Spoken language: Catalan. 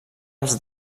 als